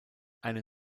eine